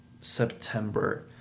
September